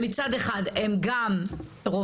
שמצד אחד הם גם רופאים,